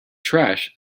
trash